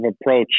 approach